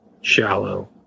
shallow